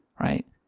right